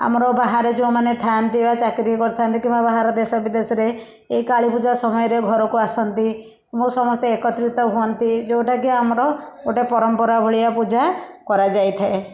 ଆମର ବାହାରେ ଯେଉଁମାନେ ଥାଆନ୍ତି ବା ଚାକିରୀ କରିଥାଆନ୍ତି କିମ୍ବା ବାହାର ଦେଶ ବିଦେଶରେ ଏଇ କାଳୀପୂଜା ସମୟରେ ଘରକୁ ଆସନ୍ତି ଏବଂ ସମସ୍ତେ ଏକତ୍ରିତ ହୁଅନ୍ତି ଯେଉଁଟାକି ଆମର ଗୋଟେ ପରମ୍ପରା ଭଳିଆ ପୂଜା କରାଯାଇଥାଏ